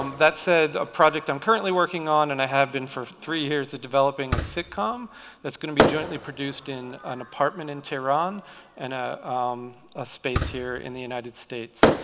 um that said, a project i'm currently working on and i have been for three years is ah developing a sitcom that's going to be jointly produced in an apartment in tehran and ah a space here in the united states.